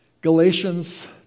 Galatians